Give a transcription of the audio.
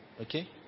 Okay